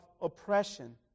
oppression